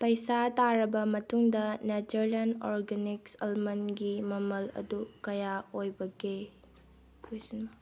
ꯄꯩꯁꯥ ꯇꯥꯔꯕ ꯃꯇꯨꯡꯗ ꯅꯦꯆꯔꯂꯦꯟ ꯑꯣꯔꯒꯥꯅꯤꯛꯁ ꯑꯜꯃꯣꯟꯒꯤ ꯃꯃꯜ ꯑꯗꯨ ꯀꯌꯥ ꯑꯣꯏꯕꯒꯦ